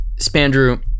spandrew